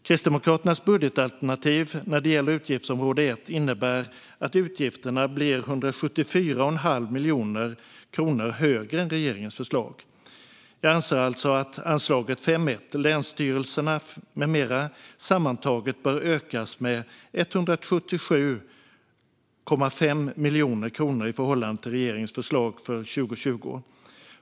Kristdemokraternas budgetalternativ när det gäller utgiftsområde 1 innebär att utgifterna blir 174 1⁄2 miljon kronor högre än regeringens förslag. Jag anser alltså att anslaget 5:1 Länsstyrelserna m.m. sammantaget bör ökas med 177,5 miljoner kronor i förhållande till regeringens förslag för 2020.